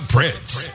Prince